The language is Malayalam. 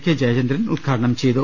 കെ ജയചന്ദ്രൻ ഉദ്ഘാടനം ചെയ്തു